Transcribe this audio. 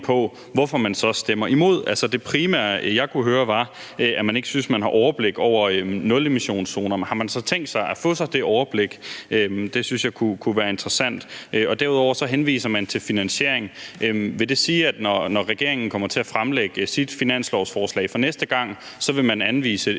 på, hvorfor man så stemmer imod. Den primære grund, jeg kunne høre, var, at man ikke synes, man har overblik over nulemissionszoner, men har man så tænkt sig at få det overblik? Det synes jeg kunne være interessant at vide. Derudover henviser man til finansieringen, og vil det sige, at når regeringen fremlægger sit finanslovsforslag næste gang, vil man anvise et